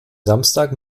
samstag